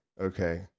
okay